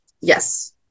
Yes